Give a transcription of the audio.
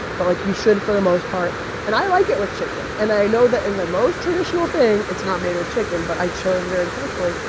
but, like, you should, for the most part and i like it with chicken. and i know that in the most traditional thing, it's not made with chicken. but i chose very carefully.